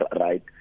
right